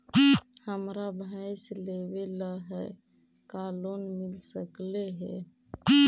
हमरा भैस लेबे ल है का लोन मिल सकले हे?